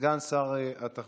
סגן שר התחבורה,